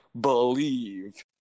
believe